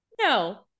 no